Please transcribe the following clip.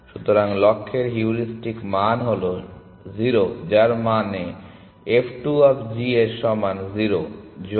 সুতরাং লক্ষ্যের হিউরিস্টিক মান হল 0 যার মানে f 2 অফ g সমান 0 যোগ 150 হল 150